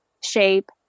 shape